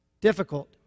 Difficult